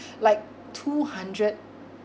like two hundred